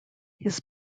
his